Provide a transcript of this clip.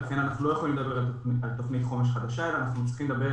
לכן אנחנו לא יכולים לדבר על תוכנית חומש חדשה אלא אנחנו צריכים לדבר